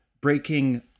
breaking